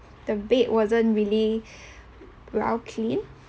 the bed wasn't really well clean